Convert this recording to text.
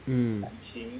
hmm